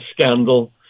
scandal